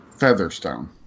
Featherstone